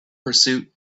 pursuit